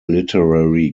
literary